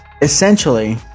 essentially